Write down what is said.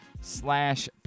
slash